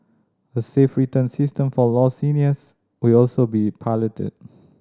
a safe return system for lost seniors will also be piloted